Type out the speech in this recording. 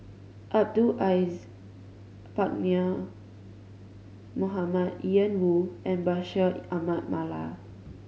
Abdul Aziz Pakkeer Mohamed Ian Woo and Bashir Ahmad Mallal